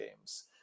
games